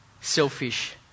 selfish